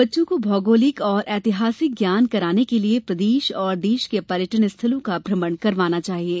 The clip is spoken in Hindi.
बच्चों को भौगोलिक एवं ऐतिहासिक ज्ञान कराने के लिए प्रदेश और देश को पर्यटन स्थलों का भ्रमण करवाना चाहिये